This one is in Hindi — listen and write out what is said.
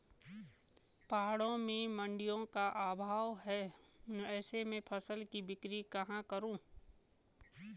पहाड़ों में मडिंयों का अभाव है ऐसे में फसल की बिक्री कहाँ करूँ?